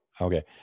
Okay